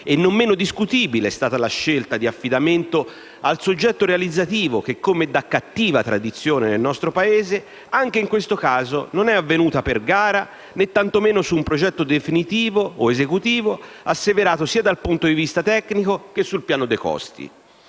E non meno discutibile è stata la scelta di affidamento al soggetto realizzativo che, come da cattiva tradizione nel nostro Paese, anche in questo caso non è avvenuta per gara, tantomeno sulla base di un progetto esecutivo definitivo asseverato sia dal punto di vista tecnico che sul piano dei costi.